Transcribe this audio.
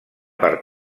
per